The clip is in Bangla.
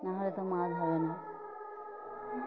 নাহলে তো মাছ ধরবে না